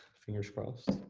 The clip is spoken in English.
fingers crossed.